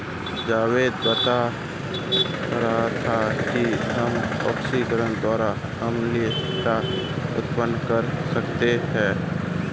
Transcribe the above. जावेद बता रहा था कि हम ऑक्सीकरण द्वारा अम्लता उत्पन्न कर सकते हैं